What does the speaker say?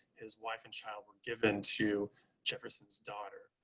his wife and child were given to jefferson's daughter.